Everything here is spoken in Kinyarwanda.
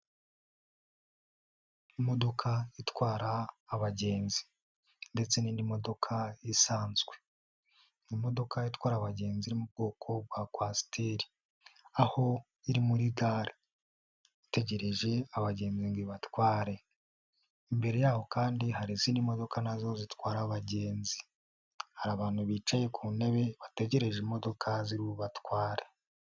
Imodoka itwara abagenzi ndetse n'indi modoka isanzwe, imodoka itwara abagenzi iri mu bwoko bwa Kwasiteri aho iri muri gare itegereje abagenzi ngo ibatware, imbere yaho kandi hari izindi modoka na zo zitwara abagenzi, hari abantu bicaye ku ntebe bategereje imodoka ziri bubatware.